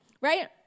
right